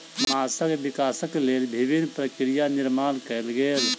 माँछक विकासक लेल विभिन्न प्रक्रिया निर्माण कयल गेल